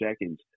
seconds